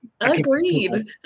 agreed